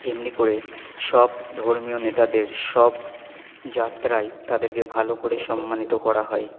এমনি করে সব ধর্মীয় নেতাদের সব যাত্রাই তাদেরকে ভালো করে সম্মানিত করা হয়